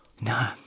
No